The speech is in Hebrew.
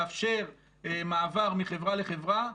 לאפשר מעבר מחברה לחברה.